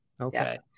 Okay